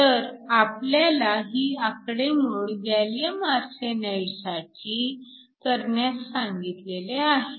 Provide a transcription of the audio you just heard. तर आपल्याला ही आकडेमोड गॅलीअम आर्सेनाईडसाठी करण्यास सांगितलेले आहे